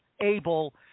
able